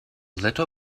little